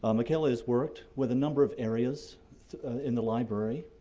um micaela has worked with a number of areas in the library,